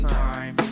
time